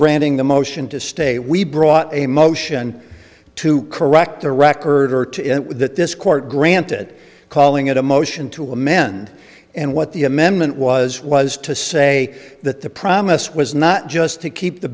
granting the motion to stay we brought a motion to correct the record or to that this court granted calling it a motion to amend and what the amendment was was to say that the promise was not just to keep the